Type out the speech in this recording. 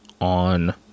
on